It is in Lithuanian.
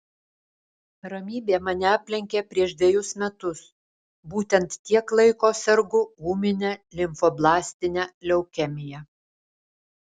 ramybė mane aplenkė prieš dvejus metus būtent tiek laiko sergu ūmine limfoblastine leukemija